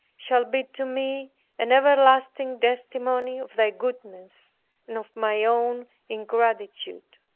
shall be to me an everlasting testimony of thy goodness and of my own ingratitude.